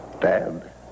Dad